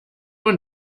und